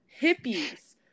hippies